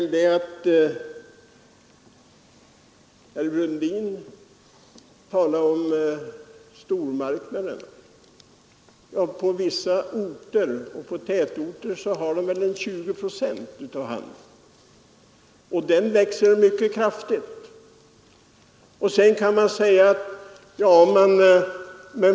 Herr Brundin talar om stormarknaderna. I vissa tätorter har stormarknaderna 20 procent av handeln. Den andelen växer mycket kraftigt.